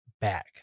back